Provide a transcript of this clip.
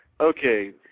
Okay